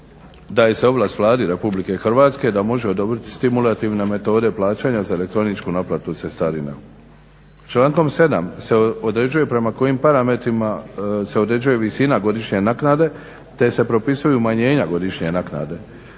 Daje se ovlast Vladi Republike Hrvatske da može odobriti stimulativne metode plaćanja za elektroničku naplatu cestarina. Člankom 7. se određuje prema kojim parametrima se određuje visina godišnje naknade te se propisuju te se propisuju umanjenja godišnje naknade.